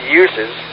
uses